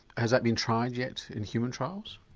has that been tried yet in human trials?